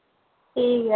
ठीक ऐ